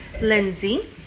Lindsay